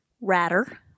ratter